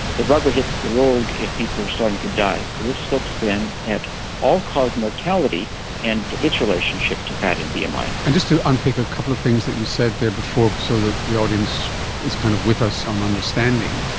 the rubber hits the road if people are starting to die. so this looks then at all-cause mortality and its relationship to fat and bmi. and like and just to unpick a couple of things that you said there before so the the audience is kind of with us on understanding,